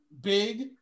big